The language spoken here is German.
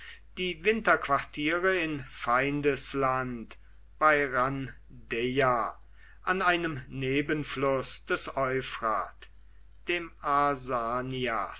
die winterquartiere in feindesland bei rhandeia an einem nebenfluß des euphrat dem